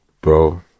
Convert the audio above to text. bro